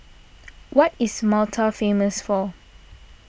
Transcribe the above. what is Malta famous for